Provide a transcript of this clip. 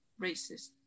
racist